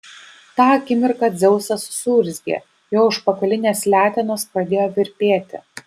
tą akimirką dzeusas suurzgė jo užpakalinės letenos pradėjo virpėti